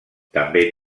també